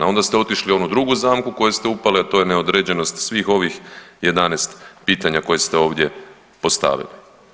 A onda ste otišli u onu drugu zamku u koju ste upali a to je neodređenost svih ovih 11 pitanja kojih ste ovdje postavili.